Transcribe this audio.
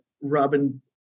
Robin